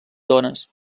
dones